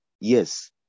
yes